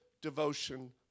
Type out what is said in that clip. devotion